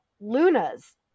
Luna's